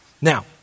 Now